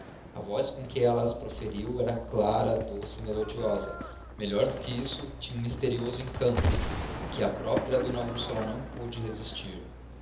submissão a voz com que ela as proferiu era clara doce melodiosa melhor do que isso tinha um misterioso encanto a que a própria d úrsula não pôde resistir